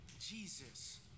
Jesus